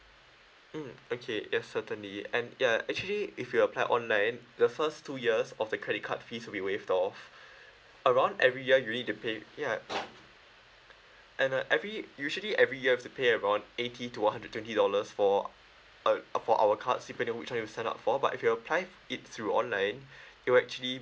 mm okay yes certainly and ya actually if you apply online the first two years of the credit card fees will be waived off around every year you need to pay ya and uh every usually every year you have to pay around eighty to a hundred twenty dollars for uh for our cards depending which one you sign up for but if you apply it through online it will actually